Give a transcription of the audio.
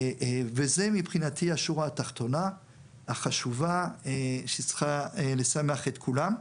זה מבחינתי השורה התחתונה החשובה שצריכה לשמח את כולם.